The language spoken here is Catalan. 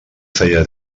feia